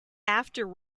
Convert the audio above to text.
after